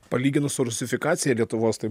palyginus su rusifikacija lietuvos tai